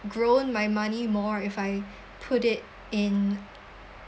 grown my money more if I put it in